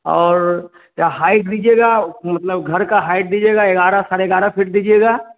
और या हाईट दीजिएगा मतलब घर का हाईट दीजिएगा ग्यारह साढ़े ग्यारह फ़ीट दीजिएगा